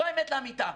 זו האמת לאמיתה.